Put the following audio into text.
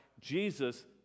Jesus